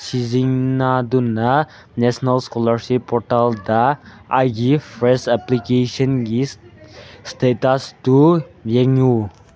ꯁꯤꯖꯤꯟꯅꯗꯨꯅ national scholarship ꯄꯣꯔꯇꯦꯜꯗ ꯑꯩꯒꯤ ꯐ꯭ꯔꯦꯁ ꯑꯦꯄ꯭ꯂꯤꯀꯦꯁꯟꯒꯤ ꯏꯁꯇꯦꯇꯁꯇꯨ ꯌꯦꯡꯉꯨ